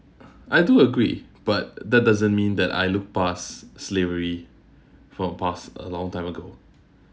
I do agree but that doesn't mean that I look past slavery for past a long time ago